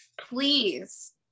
please